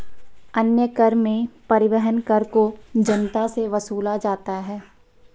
अन्य कर में परिवहन कर को जनता से वसूला जाता है